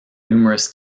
numerous